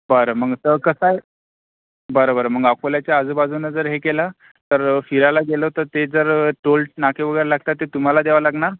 बरं मग त कसं आहे बरं बरं मग अकोल्याच्या आजूबाजूनं जर हे केलं तर फिरायला गेलो तर ते जर टोल नाके वगैरे लागतात ते तुम्हाला द्यावं लागणार